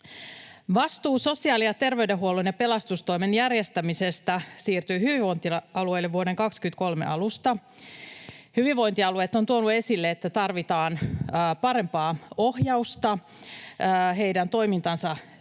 Vastuu sosiaali‑ ja terveydenhuollon ja pelastustoimen järjestämisestä siirtyi hyvinvointialueille vuoden 23 alusta. Hyvinvointialueet ovat tuoneet esille, että tarvitaan parempaa ohjausta heidän toimintansa tueksi,